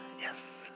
Yes